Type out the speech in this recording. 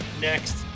next